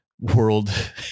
world